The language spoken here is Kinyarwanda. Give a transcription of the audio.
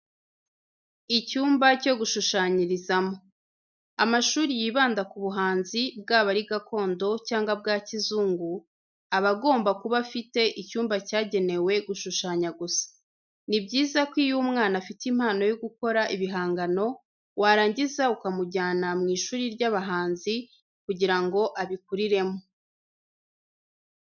Icyumba cyo gushushanyirizamo. Amashuri yibanda ku buhanzi, bwaba ari gakondo cyangwa bwa kizungu, abagomba kuba afite icyumba cyagenewe gushushanya gusa. Ni byiza iyo umwana afite impano yo gukora ibihangano warangiza ukamujyana mu ishuri ry'abahanzi kugira ngo abikuriremo.